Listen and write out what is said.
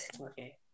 Okay